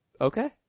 Okay